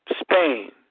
Spain